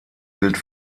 gilt